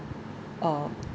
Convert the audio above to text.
uh